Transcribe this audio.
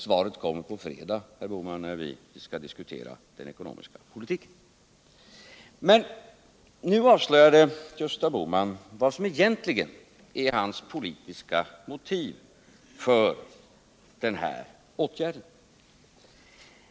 Svaret kommer på fredag, herr Bohman, när vi skall diskutera den ekonomiska politiken. Nu varslade Gösta Bohman om vad som egentligen är hans politiska motiv för den här åtgärden.